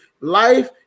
Life